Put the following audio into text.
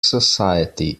society